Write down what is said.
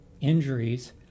injuries